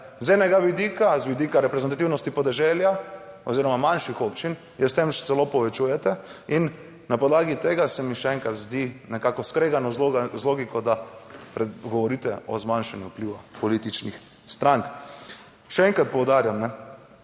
z enega vidika, z vidika reprezentativnosti podeželja oziroma manjših občin, s tem celo povečujete, in na podlagi tega se mi še enkrat zdi nekako skregano. Z logiko, da govorite o zmanjšanju vpliva **38. TRAK: (TB)